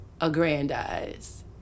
aggrandize